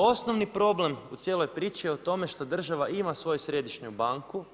Osnovni problem u cijeloj priči je u tome što država ima svoju središnju banku.